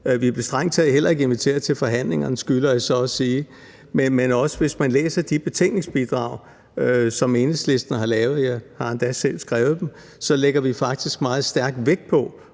Vi blev strengt taget heller ikke inviteret til forhandlingerne, skylder jeg så at sige. Men hvis man læser de betænkningsbidrag, som Enhedslisten har lavet – jeg har endda selv skrevet dem – vil man se, at vi